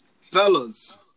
Fellas